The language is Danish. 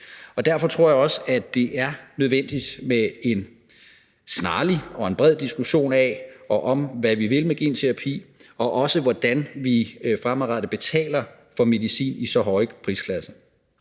Derfor tror jeg også, det er nødvendigt med en snarlig og en bred diskussion af og om, hvad vi vil med genterapi, og også hvordan vi fremadrettet betaler for medicin i så høje prisklasser.